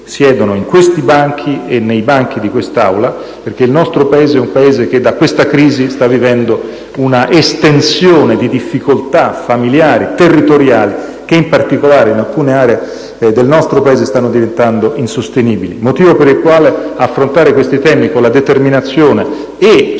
siedono in questi e negli altri banchi di quest'Aula, perché il nostro Paese, a seguito di questa crisi, sta vivendo un'estensione di difficoltà familiari e territoriali che, in particolare in alcune aree del nostro Paese, stanno diventando insostenibili. Questo è il motivo per il quale affrontare questi temi con la determinazione e soprattutto